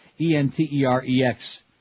E-N-T-E-R-E-X